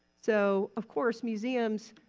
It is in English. so of course museums,